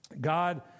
God